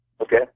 Okay